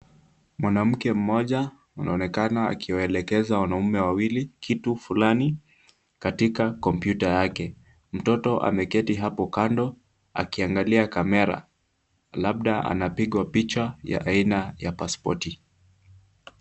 Mwanamke mmoja anaoenakana akiwaelekeza wanaume wawili kitu fulani katika kompyuta yake . Mtoto ameketi hapo kando akiangalia camera labda anapigwa picha ya aina ya paspoti.